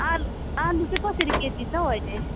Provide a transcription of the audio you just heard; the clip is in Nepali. आलु आलु चाहिँ कसरी केजी छ अहिले